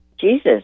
Jesus